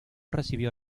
recibió